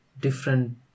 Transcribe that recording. different